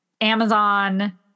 Amazon